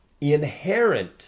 inherent